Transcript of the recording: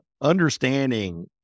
understanding